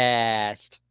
Cast